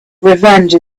revenge